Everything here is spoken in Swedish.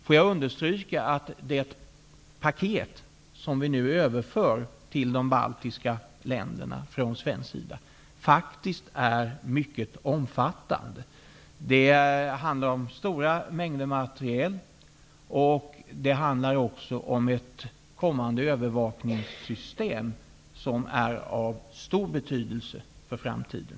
Låt mig understryka att det paket som vi nu överför till de baltiska länderna från svensk sida faktiskt är mycket omfattande. Det handlar om stora mängder materiel och om ett kommande övervakningssystem som är av stor betydelse för framtiden.